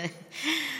זה,